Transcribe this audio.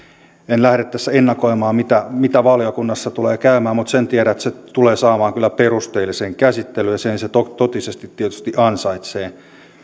en lähde tässä ennakoimaan mitä mitä valiokunnassa tulee käymään mutta sen tiedän että se tulee saamaan kyllä perusteellisen käsittelyn ja sen se totisesti tietysti ansaitsee